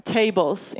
tables